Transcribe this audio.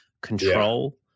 control